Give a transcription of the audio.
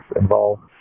involved